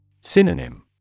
Synonym